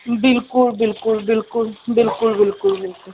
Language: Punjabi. ਬਿਲਕੁਲ ਬਿਲਕੁਲ ਬਿਲਕੁਲ ਬਿਲਕੁਲ ਬਿਲਕੁਲ ਬਿਲਕੁਲ